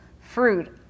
fruit